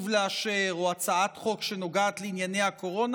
לאשר או הצעת חוק שנוגעת לענייני הקורונה.